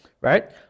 Right